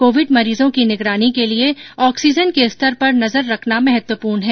Covid मरीजों की निगरानी के लिए ऑक्सीजन के स्तर पर नजर रखना महत्वपूर्ण है